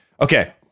okay